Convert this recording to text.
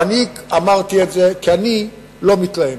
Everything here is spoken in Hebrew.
ואני אמרתי את זה, כי אני לא מתלהם.